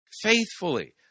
faithfully